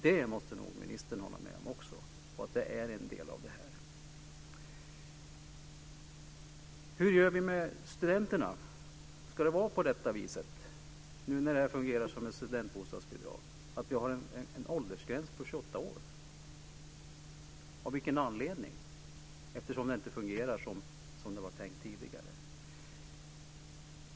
Det måste nog också ministern hålla med om. Det är en del av detta. Hur gör vi med studenterna? Ska det vara på det viset med ett fungerande studentbostadsbidrag att det finns en åldersgräns på 28 år? Av vilken anledning finns den, eftersom det inte fungerar som det var tänkt tidigare?